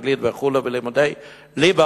אנגלית ולימודי ליבה